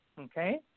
okay